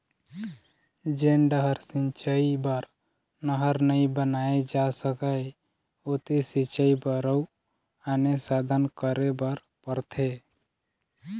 जेन डहर सिंचई बर नहर नइ बनाए जा सकय ओती सिंचई बर अउ आने साधन करे बर परथे